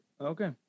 Okay